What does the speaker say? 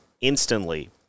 instantly